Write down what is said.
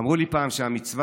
אמרו לי פעם שהמצווה